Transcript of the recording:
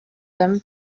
him